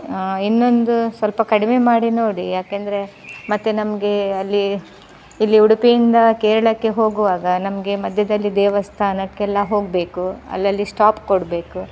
ಹಾಂ ಇನ್ನೊಂದು ಸ್ವಲ್ಪ ಕಡಿಮೆ ಮಾಡಿ ನೋಡಿ ಯಾಕೆಂದರೆ ಮತ್ತೆ ನಮಗೆ ಅಲ್ಲಿ ಇಲ್ಲಿ ಉಡುಪಿಯಿಂದ ಕೇರಳಕ್ಕೆ ಹೋಗುವಾಗ ನಮಗೆ ಮಧ್ಯದಲ್ಲಿ ದೇವಸ್ಥಾನಕ್ಕೆಲ್ಲ ಹೋಗಬೇಕು ಅಲ್ಲಲ್ಲಿ ಸ್ಟಾಪ್ ಕೊಡಬೇಕು